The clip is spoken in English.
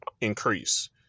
increase